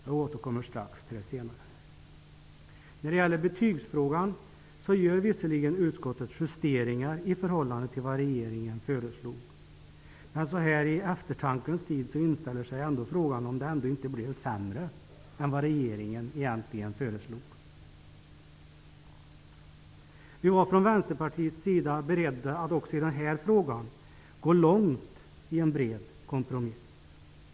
Jag återkommer strax till det senare. I betygsfrågan har utskottet visserligen gjort justeringar i regeringens förslag, men så här i eftertankens tid inställer sig ändå frågan om utskottets förslag inte blir sämre än regeringens. Vi var från Vänsterpartiets sida beredda att också i denna fråga gå långt för att åstadkomma en bred kompromiss.